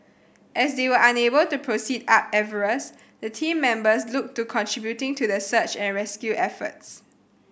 as they were unable to proceed up Everest the team members looked to contributing to the search and rescue efforts